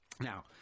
now